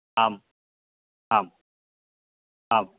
आम् आम् आम्